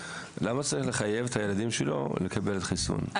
למה צריך לחייב את הילדים שלו לקבל חיסון,